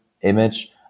image